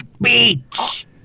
beach